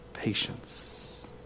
Patience